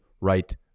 right